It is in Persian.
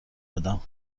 بدم